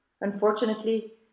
Unfortunately